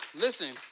Listen